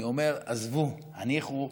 אני אומר: עזבו, הניחו.